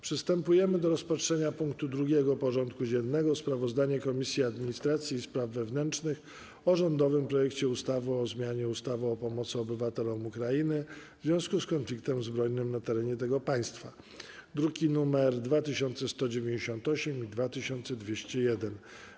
Przystępujemy do rozpatrzenia punktu 2. porządku dziennego: Sprawozdanie Komisji Administracji i Spraw Wewnętrznych o rządowym projekcie ustawy o zmianie ustawy o pomocy obywatelom Ukrainy w związku z konfliktem zbrojnym na terytorium tego państwa (druki nr 2198 i 2201)